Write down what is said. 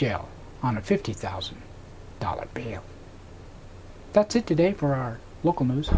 jail on a fifty thousand dollars bail that's it today for our local news